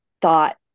thought